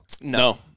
No